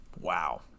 Wow